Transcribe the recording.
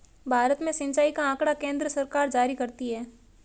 भारत में सिंचाई का आँकड़ा केन्द्र सरकार जारी करती है